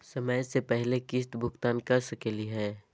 समय स पहले किस्त भुगतान कर सकली हे?